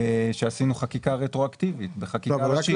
שעשינו חקיקה רטרואקטיבית בחקיקה ראשית.